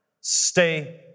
Stay